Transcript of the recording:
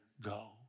go